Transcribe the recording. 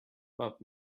but